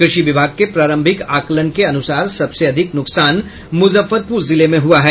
कृषि विभाग के प्रारंभिक आकलन के अनुसार सबसे अधिक नुकसान मुजफ्फरपुर जिले में हुआ है